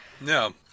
No